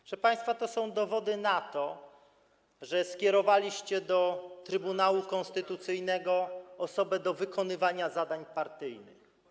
Proszę państwa, to są dowody na to, że skierowaliście do Trybunału Konstytucyjnego osobę do wykonywania zadań partyjnych.